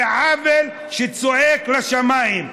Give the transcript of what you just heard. זה עוול שצועק לשמיים.